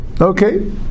Okay